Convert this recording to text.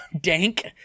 Dank